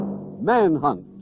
manhunt